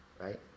Right